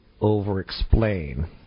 over-explain